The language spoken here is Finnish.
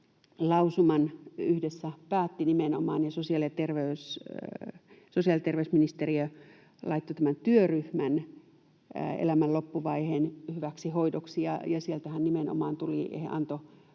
lausuman yhdessä päätti ja sosiaali- ja terveysministeriö laittoi tämän työryhmän elämän loppuvaiheen hyväksi hoidoksi. Sieltähän nimenomaan he